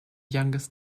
youngest